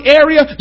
area